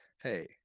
hey